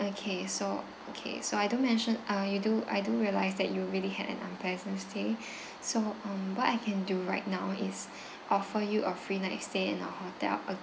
okay so okay so I do mention uh you do I do realise that you really had an unpleasant stay so um what I can do right now is offer you a free next stay in our hotel a~